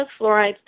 fluoride